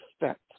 expect